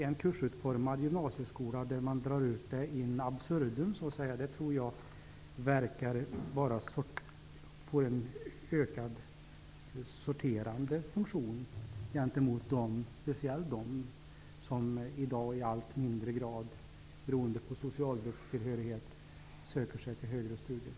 En gymnasieskola där kursutformningen så att säga dras ut in absurdum tror jag får en mer sorterande funktion gentemot speciellt dem som i dag i allt mindre grad, beroende på socialgruppstillhörighet, söker sig till högre studier.